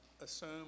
assume